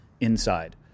inside